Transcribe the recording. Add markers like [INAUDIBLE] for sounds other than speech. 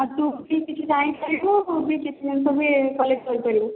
ଆଉ ତୁ ବି କିଛି ଜାଣିପାରିବୁ [UNINTELLIGIBLE] ଆଉ ମୁଁ ବି କିଛି ଜିନିଷ କଲେକ୍ଟ କରିପାରିବୁ